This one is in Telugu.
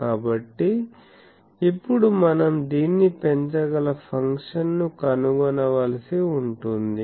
కాబట్టి ఇప్పుడు మనం దీన్ని పెంచగల ఫంక్షన్ను కనుగొనవలసి ఉంటుంది